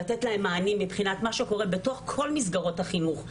לתת להם מענים מבחינת מה שקורה בתוך כל מסגרות החינוך,